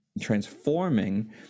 transforming